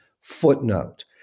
footnote